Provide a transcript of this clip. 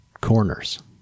corners